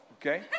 okay